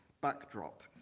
backdrop